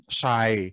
shy